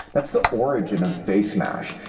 that's the origin of facemash.